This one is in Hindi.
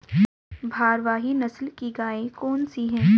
भारवाही नस्ल की गायें कौन सी हैं?